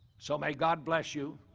so may god bless you.